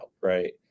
right